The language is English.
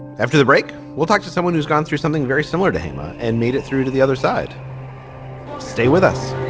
after the break, we'll talk to someone who's gone through something very similar to hamma and made it through to the other side stay with us